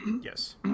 Yes